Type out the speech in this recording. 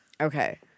Okay